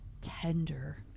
tender